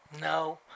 No